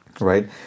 Right